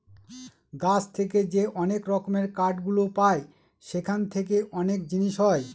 গাছ থেকে যে অনেক রকমের কাঠ গুলো পায় সেখান থেকে অনেক জিনিস হয়